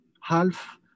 half